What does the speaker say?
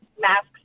masks